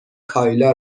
کایلا